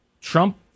Trump